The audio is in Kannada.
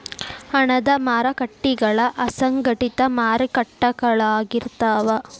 ಹಣದ ಮಾರಕಟ್ಟಿಗಳ ಅಸಂಘಟಿತ ಮಾರಕಟ್ಟಿಗಳಾಗಿರ್ತಾವ